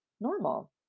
normal